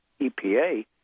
EPA